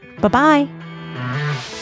Bye-bye